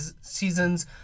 seasons